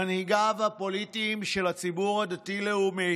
מנהיגיו הפוליטיים של הציבור הדתי-לאומי